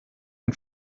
ein